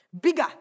bigger